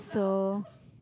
so